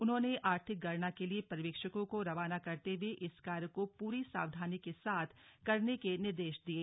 उन्होंने आर्थिक गणना के लिए पर्यवेक्षकों को रवाना करते हुए इस कार्य में पूरी सावधानी के साथ करने के निर्देश दिये